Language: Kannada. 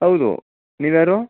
ಹೌದು ನೀವು ಯಾರು